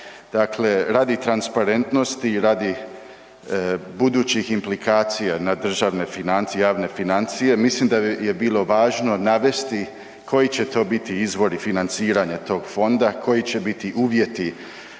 Dakle, radi transparentnosti, radi budućih implikacija na državne financije, javne financije, mislim da je bilo važno navesti koji će to biti izvori financiranja tog fonda, koji će biti uvjeti